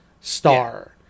star